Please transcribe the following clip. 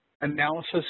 analysis